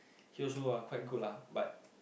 he also ah quite good lah but